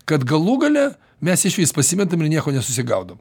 kad galų gale mes išvis pasimetam ir nieko nesusigaudom